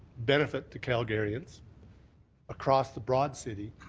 benefit to calgarians across the broad city,